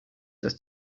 das